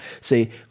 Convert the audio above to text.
say